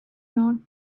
not